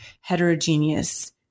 heterogeneous